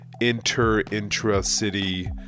inter-intra-city